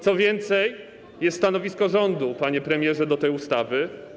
Co więcej, jest stanowisko rządu, panie premierze, odnośnie do tej ustawy.